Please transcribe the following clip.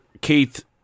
Keith